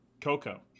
Coco